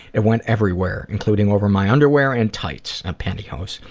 it went everywhere including over my underwear, and tights and pantyhose.